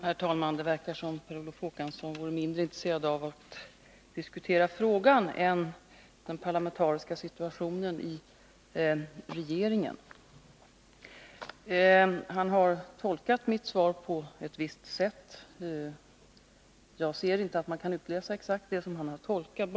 Herr talman! Det verkar som om Per Olof Håkansson är mindre intresserad av att diskutera sakfrågan än av att diskutera den parlamentariska situationen i regeringen. Han har tolkat mitt svar på ett visst sätt. Jag ser inte att man kan utläsa exakt det som han har tolkat fram.